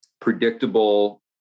predictable